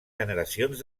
generacions